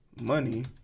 money